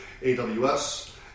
AWS